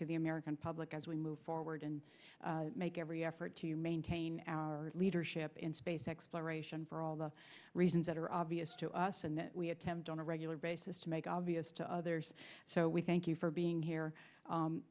to the american public as we move forward and make every effort to maintain our leadership in space exploration for all the reasons that are obvious to us and that we attempt on a regular basis to make obvious to others so we thank you for being here